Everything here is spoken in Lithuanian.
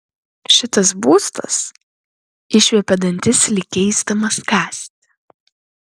šitas būstas išviepia dantis lyg geisdamas kąsti